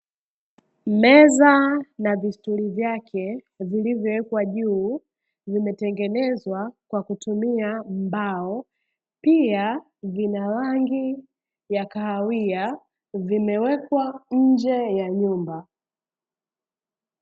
Meza na vistuli vyake vilivyowekwa juu, vimetengenezwa kwa kutumia mbao, pia vina rangi ya kahawia, vimewekwa nje ya nyumba.